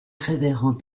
révérend